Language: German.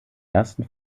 ersten